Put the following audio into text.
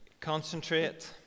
concentrate